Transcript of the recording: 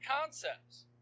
concepts